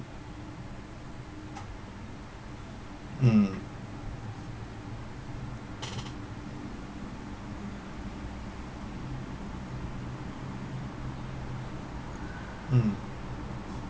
mm mm